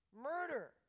Murder